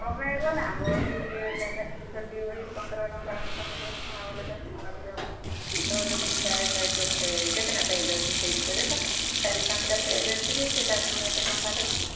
କମାଇବନା ବହି ବୋଲେ ବହି ପନ୍ଦର ଟଙ୍କାରୁ ତମେ ଦଶ ଟଙ୍କା ବୋଲେ ତମେ ଦଶ ଟଙ୍କା ରଖ୍ଲେ ହେବ କି କେତେ କେତେଟା ପେଜ୍ ଅଛି ସେଇଥିରେ ଦେଖ ତ ଚାରି ପାଞ୍ଚଟା ପେଜ୍ ଯେ ସେଇଟାକୁ ପୁଣି ଏତେ ଟଙ୍କା ଦେବି